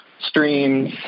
streams